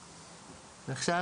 ועכשיו,